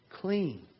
clean